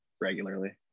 regularly